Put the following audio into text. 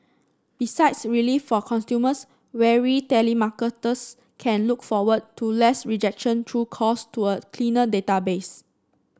besides relief for consumers weary telemarketers can look forward to less rejection through calls to a cleaner database